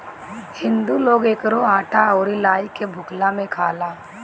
हिंदू लोग एकरो आटा अउरी लाई के भुखला में खाला